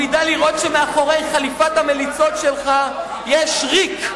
הוא ידע לראות שמאחורי חליפת המליצות שלך יש ריק,